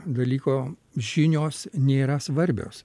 dalyko žinios nėra svarbios